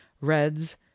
reds